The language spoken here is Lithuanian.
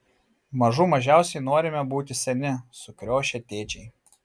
mažų mažiausiai norime būti seni sukriošę tėčiai